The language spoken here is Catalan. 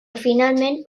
finalment